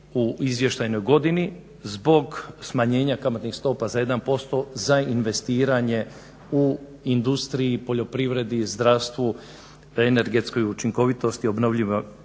u izvještajnoj godini zbog smanjenja kamatnih stopa za 1% za investiranje u industriji, poljoprivredi, zdravstvu, energetskoj učinkovitosti, obnovljivi